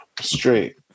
Straight